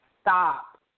Stop